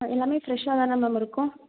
ஆ எல்லாமே ஃப்ரெஷ்ஷாக தானே மேம் இருக்கும்